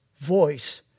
Voice